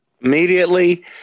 Immediately